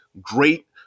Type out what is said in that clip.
great